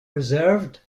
reserved